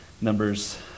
Numbers